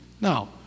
Now